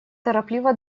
торопливо